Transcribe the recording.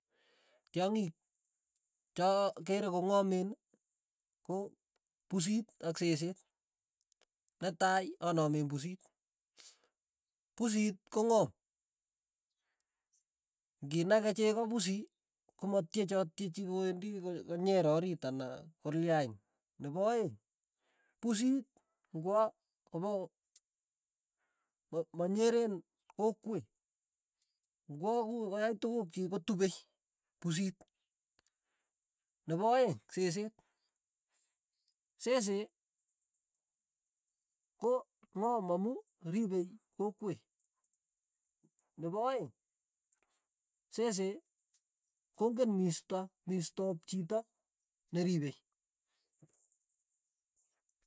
Tyongik, cha keere ko ng'amen, ko pusit ak seseet, netai anamen pusit, pusit kong'am, ng'inake chejo pusi, komatyech a tyechi kowendi ko- konyere orit anan kolyain, nepo aeng', pusit ng'wo kopo ma- manyeren kokwet, ng'wo ku koyai tukuk chik ko tupe pusit, nepo aeng' seseet, sesee ko ng'am amu ripe kokwet, nepo aeng', sese kong'en misto misto ap chito neripe.